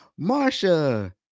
Marsha